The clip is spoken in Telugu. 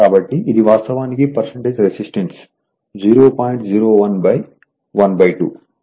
కాబట్టి ఇది వాస్తవానికి రెసిస్టెన్స్ 0